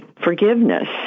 forgiveness